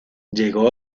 llegó